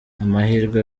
amahirwe